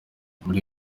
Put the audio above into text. muri